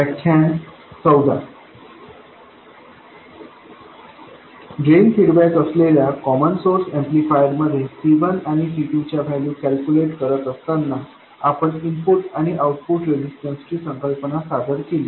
drain feedback असलेल्या common source amplifier मध्ये C1 आणि C2 च्या व्हॅल्यू कॅल्क्युलेट करत असताना आपण इनपुट आणि आउटपुट रेजिस्टन्सची संकल्पना सादर केली